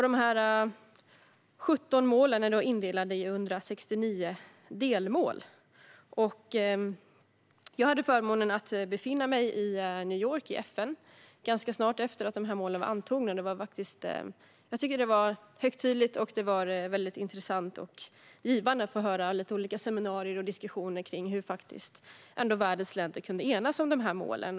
De 17 målen är indelade i 169 delmål. Jag hade förmånen att befinna mig i New York och FN ganska snart efter att målen hade antagits. Jag tyckte att det var högtidligt, och det var intressant och givande att få höra olika seminarier och diskussioner rörande hur världens länder kunde enas om de här målen.